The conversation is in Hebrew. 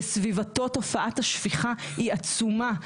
בסביבתו תופעת השפיכה היא עצומה.